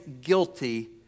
guilty